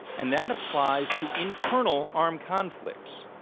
and that applies to internal armed conflicts,